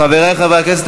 חברי חברי הכנסת,